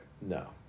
no